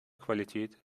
qualität